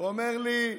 הוא אומר לי: